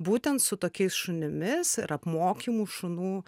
būtent su tokiais šunimis ir apmokymų šunų